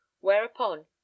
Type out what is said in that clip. whereupon